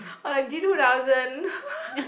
or like G two thousand